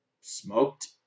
smoked